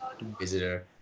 visitor